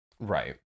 Right